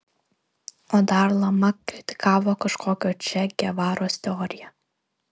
o dar lama kritikavo kažkokio če gevaros teoriją